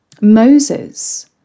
moses